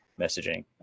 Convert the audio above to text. messaging